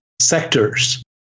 sectors